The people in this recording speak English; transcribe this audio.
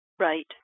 Right